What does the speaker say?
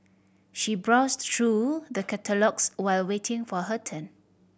she browsed through the catalogues while waiting for her turn